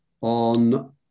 on